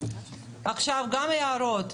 גם הערות,